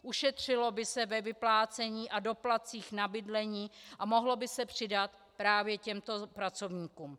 Ušetřilo by se ve vyplácení a doplatcích na bydlení a mohlo by se přidat právě těmto pracovníkům.